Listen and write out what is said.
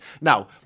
Now